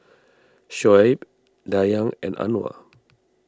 Shoaib Dayang and Anuar